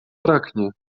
braknie